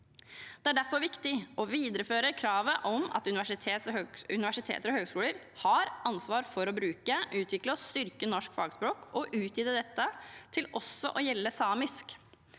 Det er derfor viktig å videreføre kravet om at universiteter og høyskoler har ansvar for å bruke, utvikle og styrke norsk fagspråk, og utvide dette til også å gjelde samisk.